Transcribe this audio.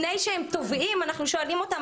לפני שהם טובעים אנחנו שואלים אותם,